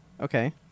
Okay